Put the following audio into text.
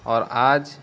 اور آج